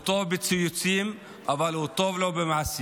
הוא טוב בציוצים אבל הוא לא טוב במעשים.